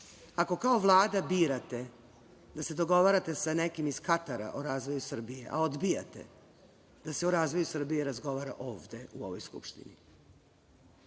Ako kao Vlada birate da se dogovarate sa nekim iz Katara o razvoju Srbije, a odbijate da se o razvoju Srbije razgovara ovde u ovoj Skupštini,